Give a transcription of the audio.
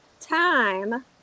time